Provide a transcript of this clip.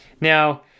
Now